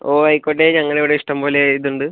ഓ ആയിക്കോട്ടെ ഞങ്ങളുടെ ഇവിടെ ഇഷ്ടംപോലെ ഇതുണ്ട്